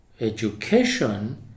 Education